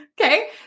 Okay